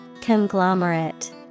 Conglomerate